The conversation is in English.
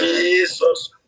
Jesus